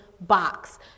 box